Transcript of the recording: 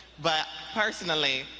but personally,